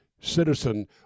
citizen